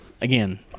again